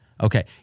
Okay